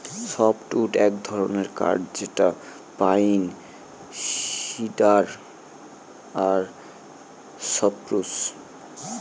softwood এক ধরনের কাঠ যেটা পাইন, সিডার আর সপ্রুস